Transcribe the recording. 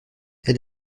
elle